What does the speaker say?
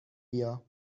بیا